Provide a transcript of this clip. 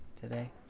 today